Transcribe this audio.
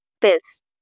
pills